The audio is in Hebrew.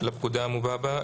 לפקודה המובא בה,